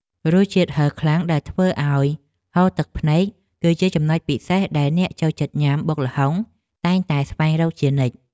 រសជាតិហឹរខ្លាំងដែលធ្វើឱ្យហូរទឹកភ្នែកគឺជាចំណុចពិសេសដែលអ្នកចូលចិត្តញ៉ាំបុកល្ហុងតែងតែស្វែងរកជានិច្ច។